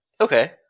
Okay